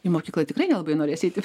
į mokyklą tikrai nelabai norės eiti